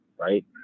right